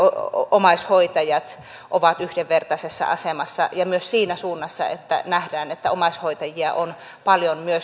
omaishoitajat ovat yhdenvertaisessa asemassa ja myös siinä suunnassa että nähdään että omaishoitajia on paljon